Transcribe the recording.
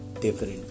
different